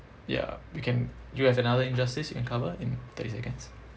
ya we can do you have another injustice you can cover in thirty seconds